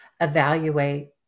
evaluate